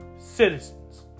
Citizens